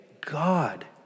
God